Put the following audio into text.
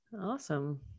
awesome